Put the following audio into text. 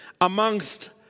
amongst